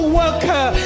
worker